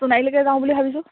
সোণাৰীলৈকে যাওঁ বুলি ভাবিছোঁ